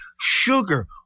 sugar